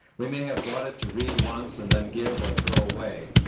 we may have bought it to read once and then give or throw away.